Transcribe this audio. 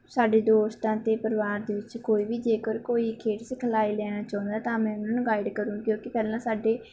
ਸਾਡੇ ਦੋਸਤਾਂ ਅਤੇ ਪਰਿਵਾਰ ਦੇ ਵਿੱਚ ਕੋਈ ਵੀ ਜੇਕਰ ਕੋਈ ਖੇਡ ਸਿਖਲਾਈ ਲੈਣਾ ਚਾਹੁੰਦਾ ਤਾਂ ਮੈਂ ਉਹਨਾਂ ਨੂੰ ਗਾਈਡ ਕਰੂੰ ਕਿਉਂਕਿ ਪਹਿਲਾਂ ਸਾਡੇ